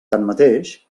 tanmateix